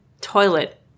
toilet